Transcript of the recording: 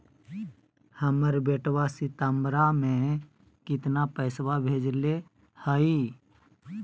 हमर बेटवा सितंबरा में कितना पैसवा भेजले हई?